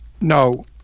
No